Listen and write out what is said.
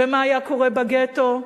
מה היה קורה בגטו.